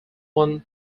one